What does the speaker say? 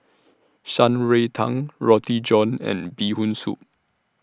Shan Rui Tang Roti John and Bee Hoon Soup